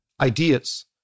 ideas